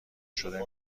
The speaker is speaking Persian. شده